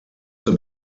zur